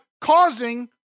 causing